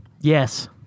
yes